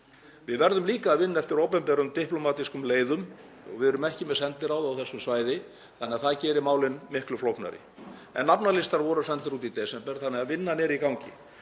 Við verðum líka að vinna eftir opinberum diplómatískum leiðum og við erum ekki með sendiráð á þessu svæði þannig að það gerir málin miklu flóknari. En nafnalistar voru sendir út í desember þannig að vinnan er í gangi.